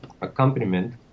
accompaniment